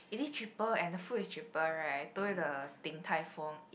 it is cheaper and the food is cheaper right I told you the Din-Tai-Fung